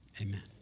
amen